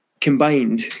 combined